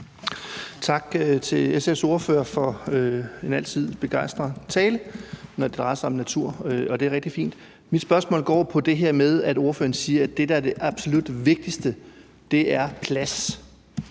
Tak til SF's ordfører for en altid begejstret tale, når det drejer sig om natur, og det er rigtig fint. Mit spørgsmål går på det her med, at ordføreren siger, at det, der er det absolut vigtigste, er plads.